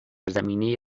زمینه